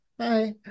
Hi